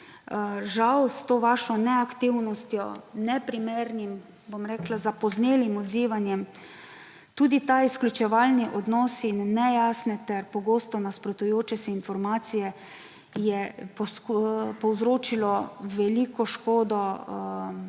Žal, s to vašo neaktivnostjo, neprimernim, bom rekla, zapoznelim odzivanjem, tudi ta izključevalni odnosi in nejasne ter pogosto nasprotujoče si informacije so povzročili veliko škodo in